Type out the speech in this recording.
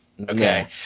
Okay